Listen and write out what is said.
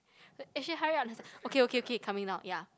Ashley hurry up okay okay okay coming now ya